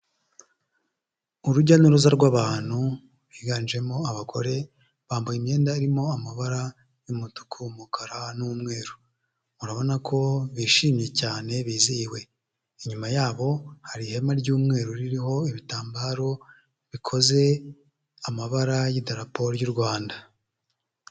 Urujya n'uruza rw'abantu biganjemo abagore, bambaye imyenda irimo amabara y'umutuku, umukara n'umweru. Urabona ko bishimye cyane, bizihiwe. Inyuma yabo hari ihema ry'umweru ririho ibitambaro, bikoze amabara y'idarapo ry'u Rwanda.